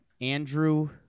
Andrew